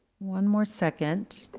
one more second,